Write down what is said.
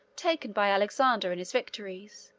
taken by alexander in his victories,